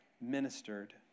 ministered